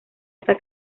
hasta